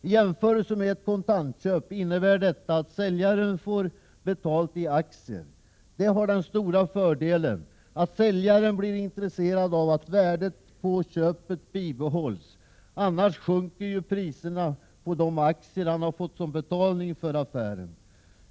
I jämförelse med kontantköp innebär detta att säljaren får betalt i aktier. Detta har den stora fördelen med sig att säljaren blir intresserad av att värdet på köpet bibehålls, annars sjunker ju värdet på de aktier som han har fått som betalning vid affären.